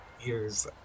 years